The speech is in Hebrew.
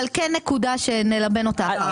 כן נקודה שנלבן אותה.